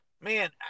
Man